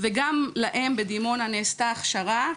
וגם להם בדימונה נעשתה הכשרה,